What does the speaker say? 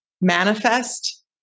manifest